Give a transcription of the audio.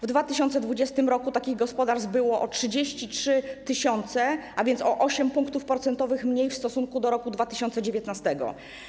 W 2020 r. takich gospodarstw było o 33 tys., a więc o 8 punktów procentowych, mniej niż w roku 2019.